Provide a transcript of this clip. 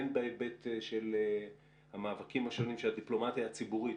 הן בהיבט של המאבקים השונים של הדיפלומטיה הציבורית